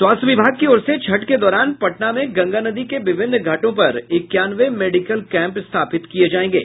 स्वास्थ्य विभाग की ओर से छठ के दौरान पटना में गंगा नदी के विभिन्न घाटों पर इक्यानवे मेडिकल कैंप स्थापित किये जायेंगे